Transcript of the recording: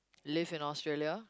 live in Australia